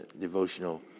devotional